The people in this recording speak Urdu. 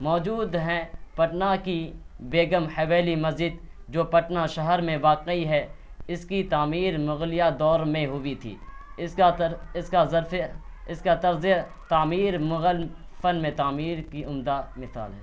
موجود ہیں پٹنہ کی بیگم حویلی مسجد جو پٹنہ شہر میں واقع ہے اس کی تعمیر مغلیہ دور میں ہوئی تھی اس کا تر اس کا ظرف اس کا طرزِ تعمیر مغل فن میں تعمیر کی عمدہ مثال ہے